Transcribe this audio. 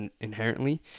inherently